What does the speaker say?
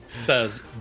Says